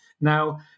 Now